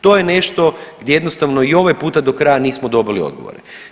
To je nešto gdje jednostavno i ovaj puta do kraja nismo dobili odgovore.